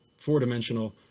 four dimensional,